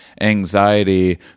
anxiety